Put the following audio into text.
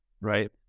right